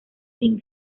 sin